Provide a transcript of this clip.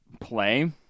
play